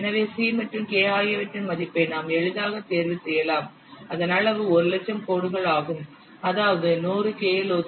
எனவே c மற்றும் k ஆகியவற்றின் மதிப்பை நாம் எளிதாக தேர்வு செய்யலாம் அதன் அளவு 1 லட்சம் கோடுகள் ஆகும் அதாவது 100 KLOC